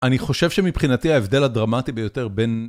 אני חושב שמבחינתי ההבדל הדרמטי ביותר בין...